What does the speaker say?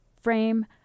frame